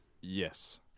Yes